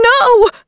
No